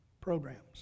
Programs